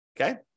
okay